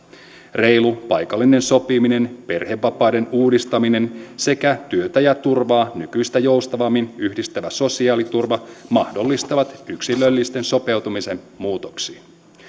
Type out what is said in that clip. reilu paikallinen sopiminen perhevapaiden uudistaminen sekä työtä ja turvaa nykyistä joustavammin yhdistävä sosiaaliturva mahdollistavat yksilöllisen sopeutumisen muutoksiin